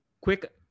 quick